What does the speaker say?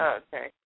okay